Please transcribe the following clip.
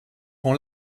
rend